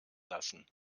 lassen